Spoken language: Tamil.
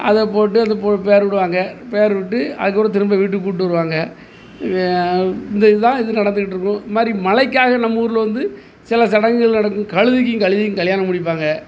அதை போட்டு அந்த போ பெர் விடுவாங்க பெர் விட்டு அதுக்கப்புறம் திரும்ப வீட்டுக்கு கூட்டு வருவாங்க இந்த இதுதான் இது நடந்துட்டு இருக்கும் அந்த மாதிரி மழைக்காக நம்ம ஊரில் வந்து சில சடங்குகள் நடக்கும் கழுதைக்கும் கழுதைக்கும் கல்யாணம் முடிப்பாங்க